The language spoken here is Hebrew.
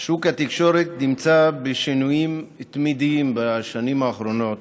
שוק התקשורת נמצא בשינויים תמידיים בשנים האחרונות.